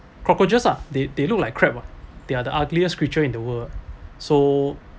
cockroaches ah they they look like crab ah they are the ugliest creature in the world so